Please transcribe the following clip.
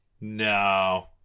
No